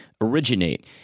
originate